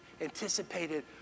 anticipated